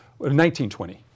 1920